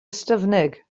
ystyfnig